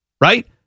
right